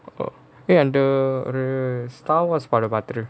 or a under the star wars part a battery